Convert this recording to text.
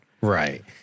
Right